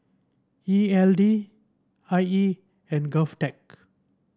E L D I E and Govtech